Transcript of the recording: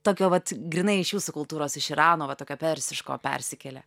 tokio vat grynai iš jūsų kultūros iš irano va tokio persiško persikėlė